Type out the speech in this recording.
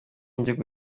igihugu